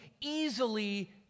easily